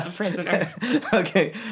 Okay